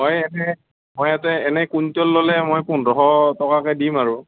হয় এনে মই ইয়াতে এনে কুইণ্টল ল'লে মই পোন্ধৰশ টকাকৈ দিম আৰু